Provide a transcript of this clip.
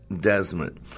Desmond